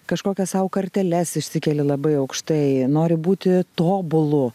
kažkokias sau karteles išsikeli labai aukštai nori būti tobulu